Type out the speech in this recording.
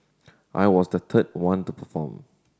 I was the third one to perform